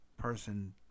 person